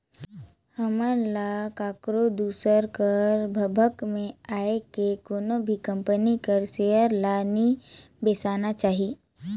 हमन ल काकरो दूसर कर भभक में आए के कोनो भी कंपनी कर सेयर ल नी बेसाएक चाही